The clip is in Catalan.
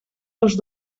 dels